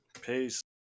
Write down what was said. Peace